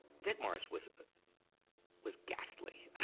dick morris was was ghastly. and